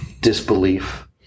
Disbelief